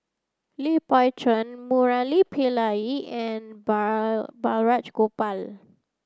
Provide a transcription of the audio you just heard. Lee Pao Chuen Murali Pillai it and Bar Balraj Gopal